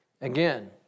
Again